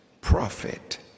prophet